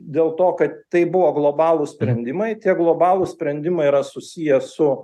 dėl to kad tai buvo globalūs sprendimai tie globalūs sprendimai yra susiję su